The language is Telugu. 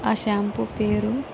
ఆ షాంపు పేరు